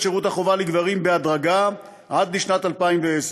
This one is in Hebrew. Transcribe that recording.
שירות החובה לגברים בהדרגה עד לשנת 2010,